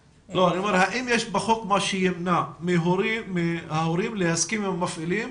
האם יש בחוק מה שימנע מההורים להסכים עם המפעילים